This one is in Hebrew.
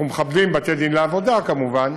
אנחנו מכבדים בתי-דין לעבודה, כמובן,